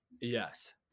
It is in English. Yes